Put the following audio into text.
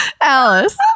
Alice